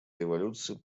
революции